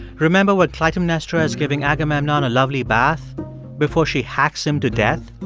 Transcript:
remember when clytemnestra is giving agamemnon a lovely bath before she hacks him to death?